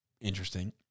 interesting